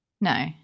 No